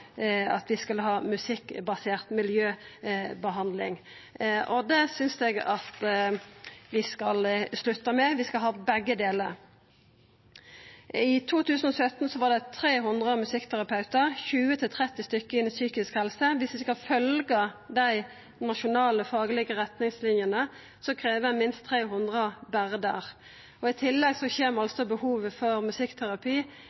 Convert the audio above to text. at vi skal ha musikkbasert miljøbehandling. Det synest eg at vi skal slutta med, vi skal ha begge delar. I 2017 var det 300 musikkterapeutar, 20–30 innan psykisk helse. Dersom vi skal følgja dei nasjonale faglege retningslinjene, krev det minst 300 berre der. I tillegg kjem